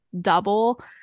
double